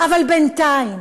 אבל בינתיים,